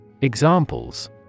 Examples